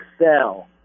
excel